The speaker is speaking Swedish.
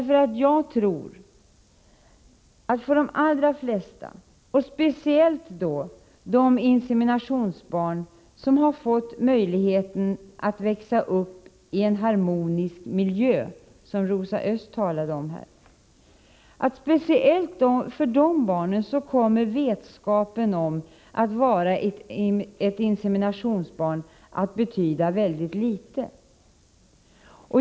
För de allra flesta — speciellt då för de inseminationsbarn som har fått möjligheten att växa upp i en harmonisk miljö, som Rosa Östh här talade om — kommer vetskapen att de är ett inseminationsbarn att betyda mycket litet.